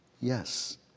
yes